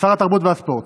שר התרבות והספורט.